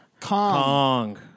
Kong